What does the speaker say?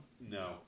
No